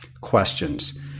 questions